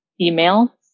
email